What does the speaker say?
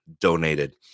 donated